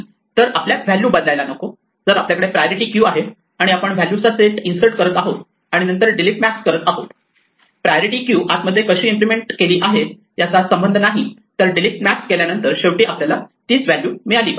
तर आपल्या व्हॅल्यू बदलायला नको जर आपल्याकडे प्रायोरिटी क्यू आहे आणि आपण व्हॅल्यूचा सेट इन्सर्ट करत आहोत आणि नंतर डिलीट मॅक्स करत आहोत प्रायोरिटी क्यू आत मध्ये कशी इम्प्लिमेंट केली आहे याचा संबंध नाही तर डिलीट मॅक्स केल्यानंतर शेवटी आपल्याला तीच व्हॅल्यू मिळाली पाहिजे